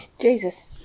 Jesus